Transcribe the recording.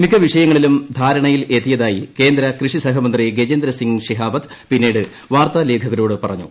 മിക്ക വിഷയങ്ങളിലും ധാരണയിലെത്തിയതായി കേന്ദ്രൂ കൃഷി സഹമന്ത്രി ഗജേന്ദ്രസിംഗ് ഷിഹാവത്ത് പിന്നീട് വാർത്താലേഖ്കരോട് പറഞ്ഞു